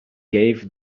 gave